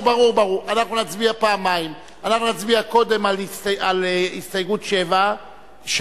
קודם על תיקון מס' 7,